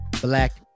Black